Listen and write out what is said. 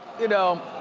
you know.